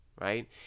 right